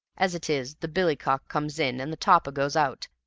as it is, the billy-cock comes in and the topper goes out,